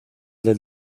del